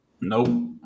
Nope